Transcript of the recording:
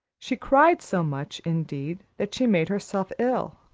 she cried so much, indeed, that she made herself ill.